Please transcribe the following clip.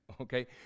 okay